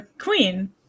queen